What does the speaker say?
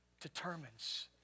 determines